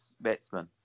batsman